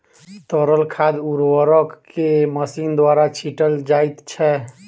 तरल खाद उर्वरक के मशीन द्वारा छीटल जाइत छै